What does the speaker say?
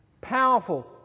powerful